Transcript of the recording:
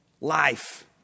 life